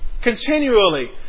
Continually